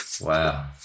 Wow